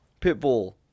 Pitbull